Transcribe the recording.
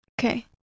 Okay